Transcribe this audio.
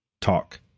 talk